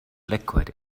liquid